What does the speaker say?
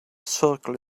circle